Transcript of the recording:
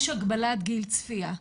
יש הגבלת גיל צפייה.